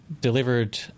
delivered